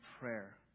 prayer